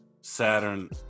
Saturn